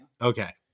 Okay